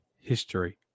history